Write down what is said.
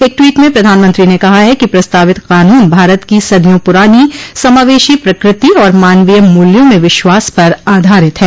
एक ट्वीट में प्रधानमंत्री ने कहा है कि प्रस्तावित कानून भारत की सदियों पुरानी समावेशी प्रकृति और मानवीय मूल्यों में विश्वास पर आधारित है